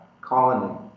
colony